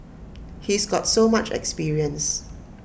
he's got so much experience